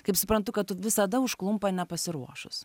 kaip suprantu kad tu visada užklumpa nepasiruošus